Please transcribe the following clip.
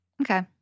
Okay